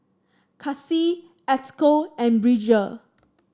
Casie Esco and Bridger